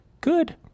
good